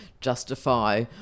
justify